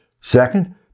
Second